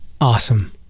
Awesome